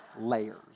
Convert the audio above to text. Layers